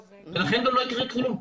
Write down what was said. לכן גם לא יקרה כלום.